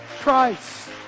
Christ